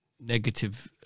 negative